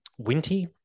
Winty